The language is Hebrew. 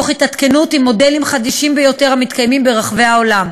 תוך התעדכנות במודלים החדישים ביותר המתקיימים ברחבי העולם.